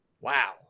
Wow